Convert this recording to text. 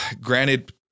granted